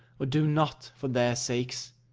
or do not, for their sakes.